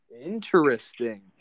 Interesting